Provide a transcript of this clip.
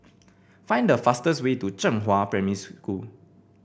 find the fastest way to Zhenghua Primary School